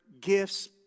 gifts